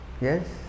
Yes